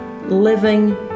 living